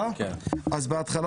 אתחיל